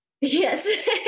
yes